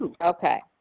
okay